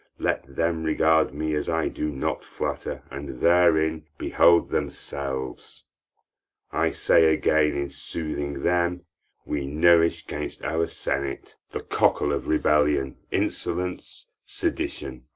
let them regard me as i do not flatter, and therein behold themselves i say again, in soothing them we nourish gainst our senate the cockle of rebellion, insolence, sedition,